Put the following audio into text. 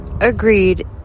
agreed